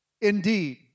indeed